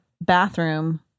bathroom